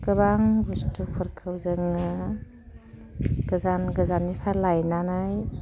गोबां बुस्थुफोरखौ जोङो गोजान गोजाननिफ्राय लायनानै